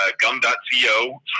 gum.co